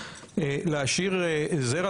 להשאיר זרע,